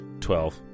Twelve